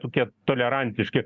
tokie tolerantiški